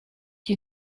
you